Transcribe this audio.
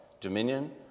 Dominion